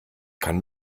kann